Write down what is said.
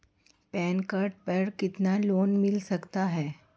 Pan card पर कितना loan मिल सकता है?